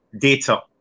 data